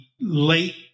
late